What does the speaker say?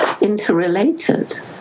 interrelated